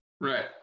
Right